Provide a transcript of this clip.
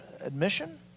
admission